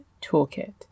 toolkit